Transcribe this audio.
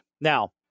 Now